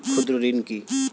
ক্ষুদ্র ঋণ কি?